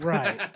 Right